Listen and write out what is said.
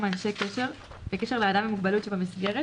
מאנשי קשר בקשר לאדם עם מוגבלות שבמסגרת,